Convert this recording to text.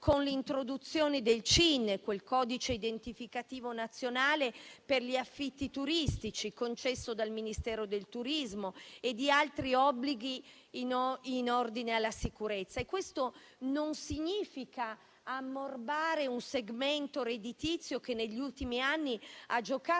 con l'introduzione del CIN, il codice identificativo nazionale per gli affitti turistici concesso dal Ministero del turismo, e di altri obblighi in ordine alla sicurezza. Questo non significa ammorbare un segmento redditizio, che negli ultimi anni ha giocato